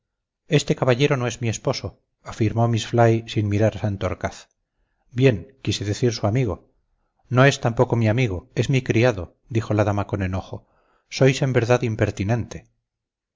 este caballero no es mi esposo afirmó miss fly sin mirar a santorcaz bien quise decir su amigo no es tampoco mi amigo es mi criado dijo la dama con enojo sois en verdad impertinente